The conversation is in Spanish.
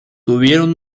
tuvieron